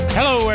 Hello